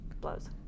blows